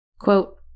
Quote